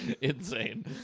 insane